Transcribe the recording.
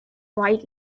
right